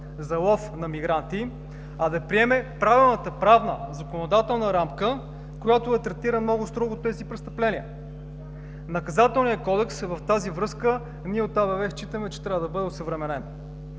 за лов на мигранти, а да приеме правилната правна, законодателна рамка, която да третира много строго тези престъпления. Наказателният кодекс е в тази връзка, а ние от АБВ считаме, че трябва да бъде осъвременен.